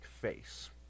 face